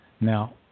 Now